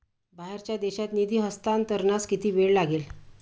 बाहेरच्या देशात निधी हस्तांतरणास किती वेळ लागेल?